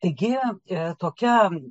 taigi tokia